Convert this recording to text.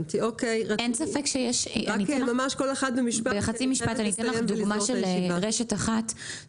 אני אתן לך דוגמה של רשת אחת,